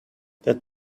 that